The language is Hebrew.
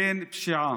ובין פשיעה,